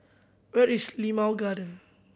where is Limau Garden